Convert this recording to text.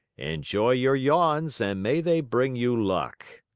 enjoy your yawns and may they bring you luck!